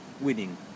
winning